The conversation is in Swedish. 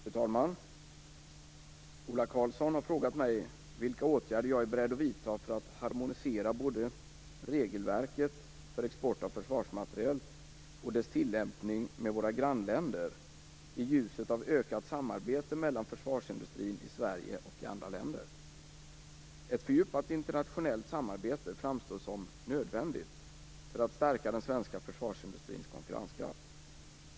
Fru talman! Ola Karlsson har frågat mig vilka åtgärder jag är beredd att vidta för att harmonisera både regelverket för export av försvarsmateriel och dess tillämpning med våra grannländer i ljuset av ökat samarbete mellan försvarsindustrin i Sverige och andra länder. Ett fördjupat internationellt samarbete framstår som nödvändigt för att stärka den svenska försvarsindustrins konkurrenskraft.